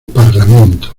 parlamento